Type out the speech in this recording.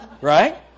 Right